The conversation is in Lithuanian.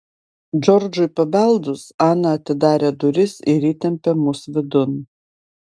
džordžui pabeldus ana atidarė duris ir įtempė mus vidun